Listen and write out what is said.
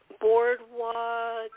Boardwalk